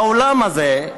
באולם הזה,